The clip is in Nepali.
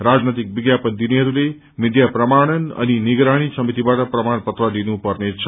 राजनैतिक विज्ञापन दिनेहरूले मीडिया प्रमाणन अनि निगरानी समितिबाट प्रमाण पत्र लिनु पर्नेछ